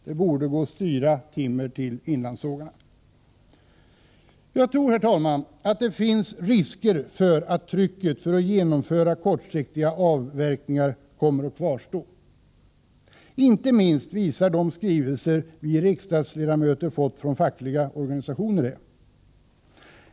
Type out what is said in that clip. Det borde gå att styra timmer till inlandssågarna. Jag tror, herr talman, att det finns risk för att trycket kommer att kvarstå för genomförande av kortsiktiga avverkningar. Inte minst visar de skrivelser vi riksdagsledamöter fått från fackliga organisationer det.